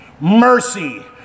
mercy